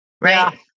right